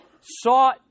sought